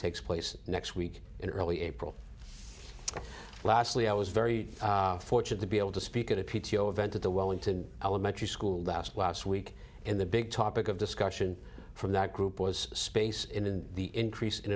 takes place next week in early april lastly i was very fortunate to be able to speak at a p t o event at the wellington elementary school last last week and the big topic of discussion from that group was a space in the increase in